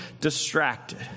distracted